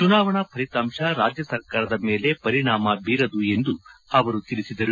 ಚುನಾವಣಾ ಫಲಿತಾಂಶ ರಾಜ್ಯ ಸರ್ಕಾರದ ಮೇಲೆ ಪರಿಣಾಮ ಬೀರದು ಎಂದು ಅವರು ತಿಳಿಸಿದರು